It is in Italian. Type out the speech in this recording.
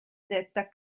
detta